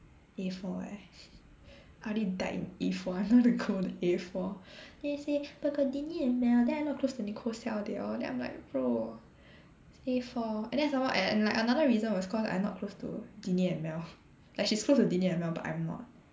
A four eh I already died in A four I don't want to go to A four then he say but got Deeney and Mel then I not close to Nicole Xiao they all then I'm like bro A four and then some more I and another reason was cause I not close to Deeney and Mel like she's close to Deeney and Mel but I'm not